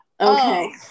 Okay